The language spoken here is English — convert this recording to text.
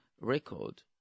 record